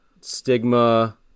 stigma